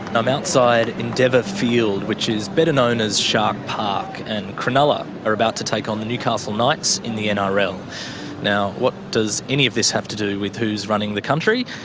i'm outside endeavour field, which is better known as shark park, and cronulla are about to take on the newcastle knights in the and nrl. now, what does any of this have to do with who's running the country?